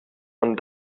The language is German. von